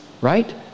right